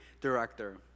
director